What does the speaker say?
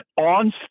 on